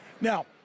Now